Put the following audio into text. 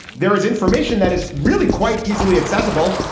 there is information that is really quite easily accessible.